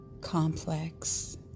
complex